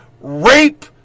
rape